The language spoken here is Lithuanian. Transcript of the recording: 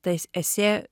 tas esė